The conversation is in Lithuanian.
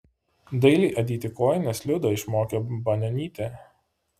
dailiai adyti kojines liudą išmokė banionytė